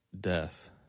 death